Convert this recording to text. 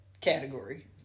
category